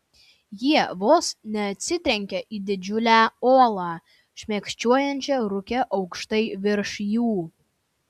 jie vos neatsitrenkė į didžiulę uolą šmėkščiojančią rūke aukštai virš jų